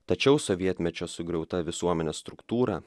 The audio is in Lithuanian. tačiau sovietmečio sugriauta visuomenės struktūra